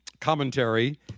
commentary